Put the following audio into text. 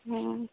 ହୁଁ